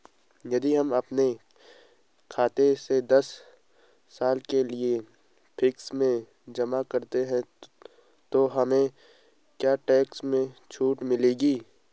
यदि हम अपने खाते से दस साल के लिए फिक्स में जमा करते हैं तो हमें क्या टैक्स में छूट मिलेगी?